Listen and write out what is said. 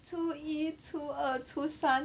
初一初二初三